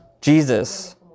Jesus